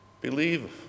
believe